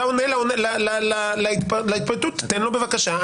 תן לו בבקשה.